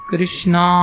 Krishna